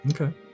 Okay